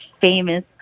famous